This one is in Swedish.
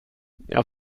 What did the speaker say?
jag